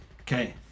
okay